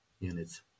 units